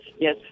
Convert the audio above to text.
Yes